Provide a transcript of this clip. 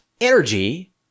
energy